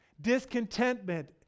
Discontentment